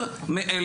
(הצגת מצגת)